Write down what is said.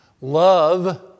love